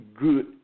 good